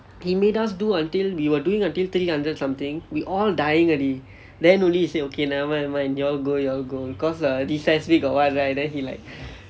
he made us do until we were doing until three hundred something we all dying already then only he say okay nevermind you all go you all go cause recess week or what right then he like